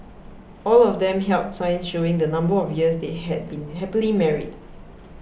all of them held signs showing the number of years they had been happily married